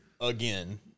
Again